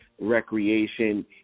recreation